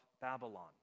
Babylon